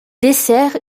dessert